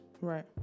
right